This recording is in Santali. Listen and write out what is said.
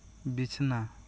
ᱵᱤᱪᱷᱱᱟ